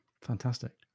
Fantastic